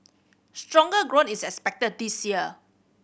stronger growth is expected this year